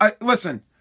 listen